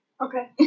Okay